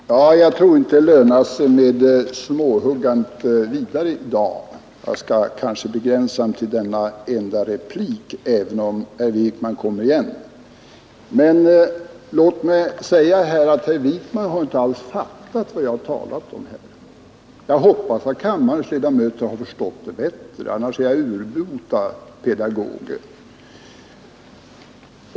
Fru talman! Jag tror inte det lönar sig med munhuggandet vidare i dag. Jag skall kanske begränsa mig till denna enda replik även om herr Wijkman kommer igen. Herr Wijkman har inte alls fattat vad jag har talat om i dag. Jag hoppas att kammarens övriga ledamöter har förstått det bättre. Annars är jag urbota som pedagog.